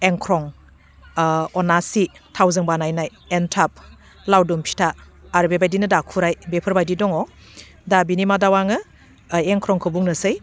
एंख्रं अनासि थावजों बानायनाय एन्थाब लावदुम फिथा आरो बेबायदिनो दाखुराय बेफोरबायदि दङ दा बिनि मादाव आङो एंख्रंखौ बुंनोसै